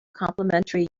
complementary